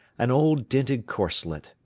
an old dinted corselet,